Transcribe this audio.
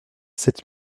sept